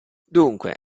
dunque